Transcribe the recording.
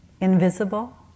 invisible